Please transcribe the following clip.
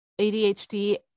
ADHD